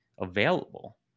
available